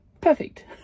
perfect